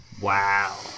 Wow